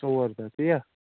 ژور دۄہ تی یہ